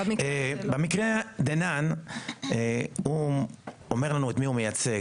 במקרה דנן הוא אומר לנו את מי הוא מייצג.